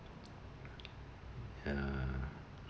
ya